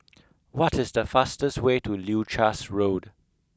what is the fastest way to Leuchars Road